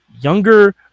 younger